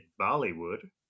bollywood